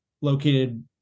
located